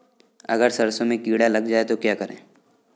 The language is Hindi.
अगर सरसों में कीड़ा लग जाए तो क्या करें?